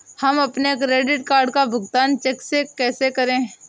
हम अपने credit card का भुगतान चेक से कैसे करें?